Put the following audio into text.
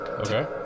Okay